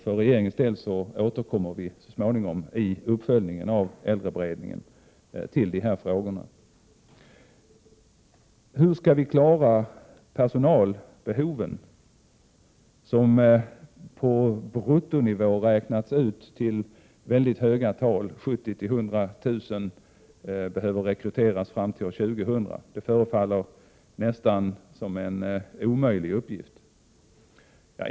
För regeringens del återkommer vi så småningom i uppföljningen av äldreberedningen till dessa frågor. 45 Hur skall vi klara personalbehoven som på bruttonivå beräknats uppgå till mycket höga tal; 70 000-100 000 personer behöver rekryteras fram till år 2000. Det förefaller vara en nästan omöjlig uppgift.